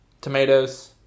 tomatoes